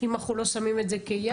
אם אנחנו לא שמים את זה כיעד,